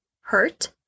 Hurt